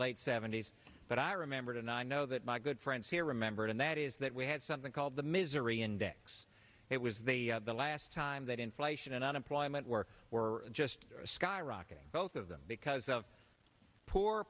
late seventy's but i remember it and i know that my good friends here remember it and that is that we had something called the misery index it was the last time that inflation and unemployment work were just skyrocketing both of them because of poor